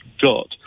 got